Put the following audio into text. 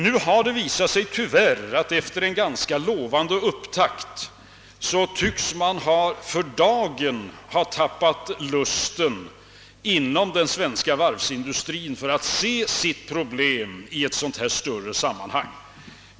Det har tyvärr visat sig att man inom den svenska varvsindustrin efter en ganska lovande upptakt för dagen tycks ha tappat lusten för att se problemen i ett större sammanhang.